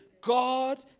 God